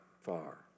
far